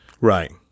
Right